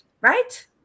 Right